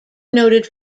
noted